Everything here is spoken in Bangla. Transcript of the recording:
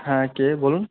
হ্যাঁ কে বলুন